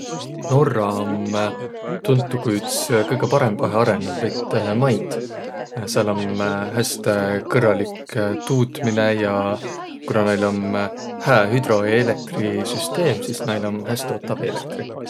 Norra om tuntu, ku üts kõgõ parõmbahe arõnõnumbit maid. Sääl om häste kõrralik tuutminõ ja kuna näil om hää hüdroeelektrisüsteem, sis näil om häste otav eelektri.